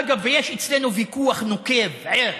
אגב, יש אצלנו ויכוח נוקב, ער,